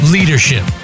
Leadership